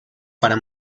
para